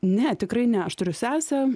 ne tikrai ne aš turiu sesę